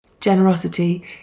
generosity